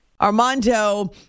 Armando